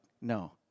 no